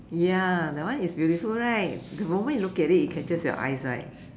ya that one is beautiful right the moment you look at it it catches your eyes right